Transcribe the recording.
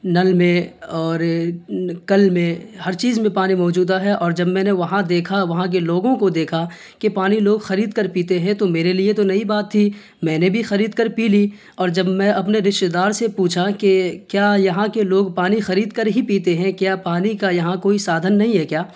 نل میں اور کل میں ہر چیز میں پانی موجودہ ہے اور جب میں نے وہاں دیکھا وہاں کے لوگوں کو دیکھا کہ پانی لوگ خرید کر پیتے ہیں تو میرے لیے تو نئی بات تھی میں نے بھی خرید کر پی لی اور جب میں اپنے رشتہ دار سے پوچھا کہ کیا یہاں کے لوگ پانی خرید کر ہی پیتے ہیں کیا پانی کا یہاں کوئی سادھن نہیں ہے کیا